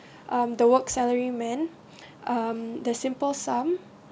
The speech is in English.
um the work salary man um the simple sum